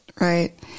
right